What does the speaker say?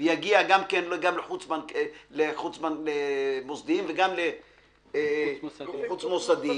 ויגיע גם למוסדיים וגם לחוץ מוסדיים,